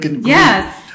Yes